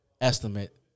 estimate